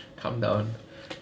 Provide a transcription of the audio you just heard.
calm down